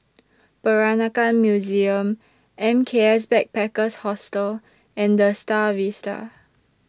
Peranakan Museum M K S Backpackers Hostel and The STAR Vista